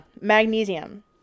magnesium